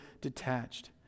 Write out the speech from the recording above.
detached